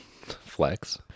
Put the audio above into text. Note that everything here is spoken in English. flex